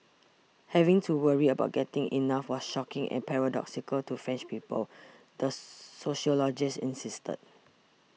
having to worry about getting enough was shocking and paradoxical to French people the sociologist insisted